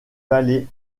vallées